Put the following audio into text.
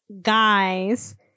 guys